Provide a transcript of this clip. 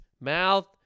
mouth